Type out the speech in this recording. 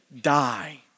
die